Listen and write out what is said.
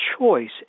choice